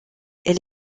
elle